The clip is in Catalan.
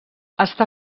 està